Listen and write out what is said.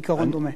העיקרון דומה.